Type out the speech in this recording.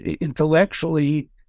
intellectually